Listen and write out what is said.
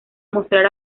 mostrar